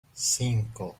cinco